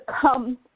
come